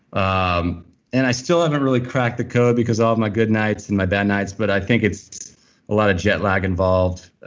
um and i still haven't really cracked the code because all of my good nights and my bad nights, but i think it's a lot of jet lag involved.